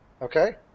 Okay